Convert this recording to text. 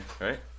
right